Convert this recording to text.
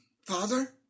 Father